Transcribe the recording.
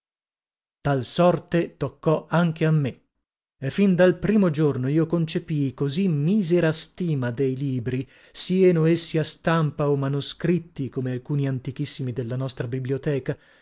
tal sorte toccò anche a me e fin dal primo giorno io concepii così misera stima dei libri sieno essi a stampa o manoscritti come